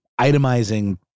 itemizing